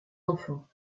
enfants